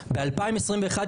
ב-2021,